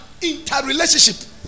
interrelationship